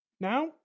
Now